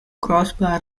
crossbar